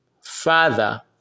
Father